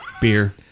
Beer